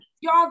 Y'all